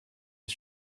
est